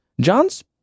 John's